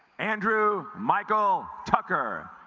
andrew michael tucker